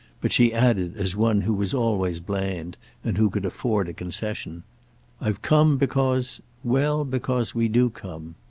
but she added as one who was always bland and who could afford a concession i've come because well, because we do come.